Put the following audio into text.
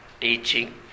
teaching